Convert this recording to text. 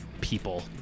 people